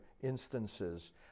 instances